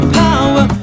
power